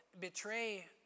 betray